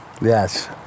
Yes